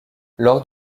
lors